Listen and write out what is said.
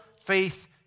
faith